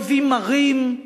אויבים מרים,